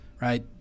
right